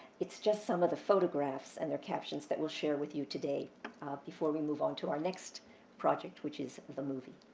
it's just some of the photographs and their captions that we'll share with you today before we move on to our next project, which is the movie.